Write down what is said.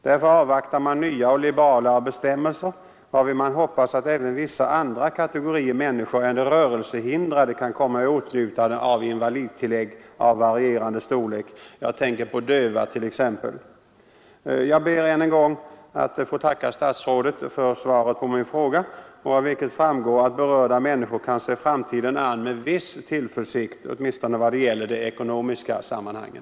Därför avvaktar man nya och liberalare bestämmelser, varvid man hoppas att även vissa andra kategorier människor än de rörelsehindrade kan komma i åtnjutande av invalidtillägg av varierande storlek — jag tänker t.ex. på döva. Jag ber än en gång att få tacka statsrådet för svaret på min fråga, av vilket framgår att berörda människor kan se framtiden an med viss tillförsikt, åtminstone vad gäller de ekonomiska sammanhangen.